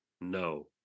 No